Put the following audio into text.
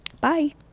Bye